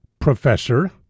professor